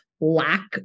lack